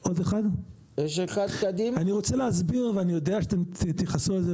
אני רוצה להסביר ואני יודע שאתם תכעסו על זה,